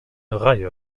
reihe